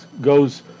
goes